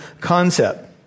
concept